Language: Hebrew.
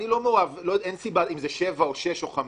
אין סיבה אם זה שבע, שש או חמש.